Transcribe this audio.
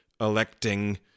electing